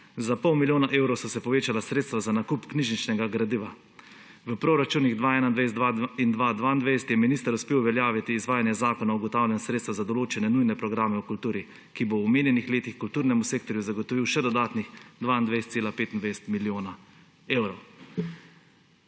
Za pol milijona evrov so se povečala sredstva za nakup knjižničnega gradiva. V proračunih 2021 in 2022 je minister uspel uveljaviti izvajanje zakona o zagotavljanju sredstev za določene nujne programe v kulturi, ki bo v omenjenih letih kulturnemu sektorju zagotovil še dodatnih 22,25 milijona evrov.